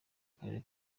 karere